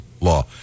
law